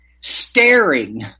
staring